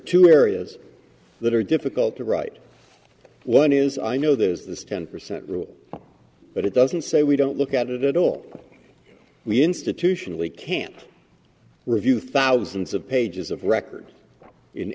two areas that are difficult to write one is i know there's this ten percent rule but it doesn't say we don't look at it at all we institutionally can't review thousands of pages of records in